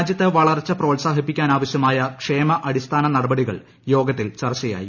രാജ്യത്ത് വളർച്ച് പ്രോത്സാഹിപ്പിക്കാനാവശ്യമായ ക്ഷേമ അടിസ്ഥാന നടപടികൾ ്യോഗത്തിൽ ചർച്ചയായി